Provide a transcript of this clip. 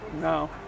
No